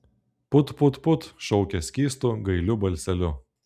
put put put šaukė skystu gailiu balseliu